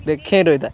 ଦେଖେଇ ରହିଥା